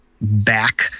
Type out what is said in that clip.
back